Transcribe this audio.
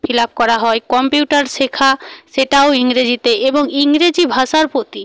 feel up করা হয় computer শেখা সেটাও ইংরেজিতে এবং ইংরেজি ভাষার প্রতি